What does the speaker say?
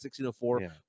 1604